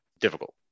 difficult